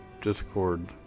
Discord